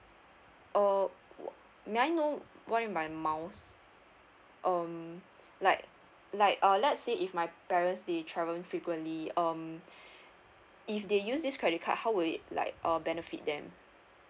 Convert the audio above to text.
oh w~ may I know what you mean by miles um like like uh let's say if my parents they travel frequently um if they use this credit card how will it like uh benefit them